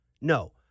No